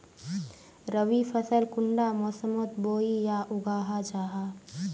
रवि फसल कुंडा मोसमोत बोई या उगाहा जाहा?